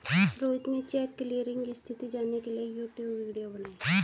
रोहित ने cheque clearing स्थिति जानने के लिए यूट्यूब वीडियो बनाई